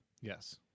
Yes